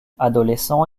adolescent